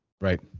right